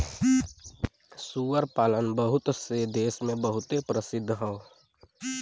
सूअर पालन बहुत से देस मे बहुते प्रसिद्ध हौ